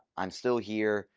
i'm still here.